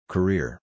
Career